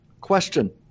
Question